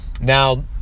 Now